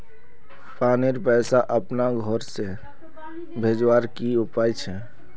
पानीर पैसा अपना घोर से भेजवार की उपाय छे?